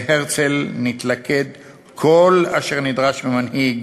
בהרצל מתלכד כל אשר נדרש ממנהיג